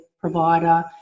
provider